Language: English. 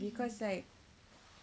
because like